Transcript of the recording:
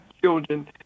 children